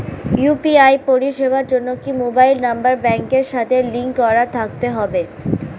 UPI পরিষেবার জন্য কি মোবাইল নাম্বার ব্যাংকের সাথে লিংক করা থাকতে হবে?